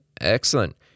Excellent